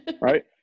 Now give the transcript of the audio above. right